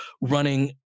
running